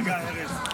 צודקת.